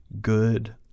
good